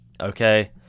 Okay